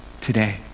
today